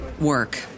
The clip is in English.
work